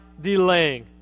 delaying